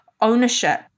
ownership